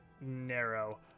narrow